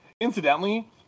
incidentally